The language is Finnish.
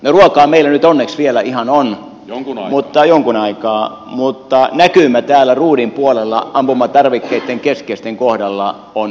ruokaa meillä nyt onneksi vielä ihan on jonkun aikaa mutta näkymä täällä ruudin puolella keskeisten ampumatarvikkeitten kohdalla on hyvin synkkä